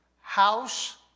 House